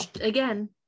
Again